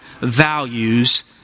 values